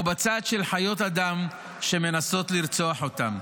או בצד של חיות האדם שמנסות לרצוח אותן?